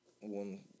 one